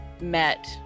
met